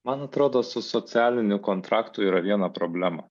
man atrodo su socialiniu kontraktu yra viena problema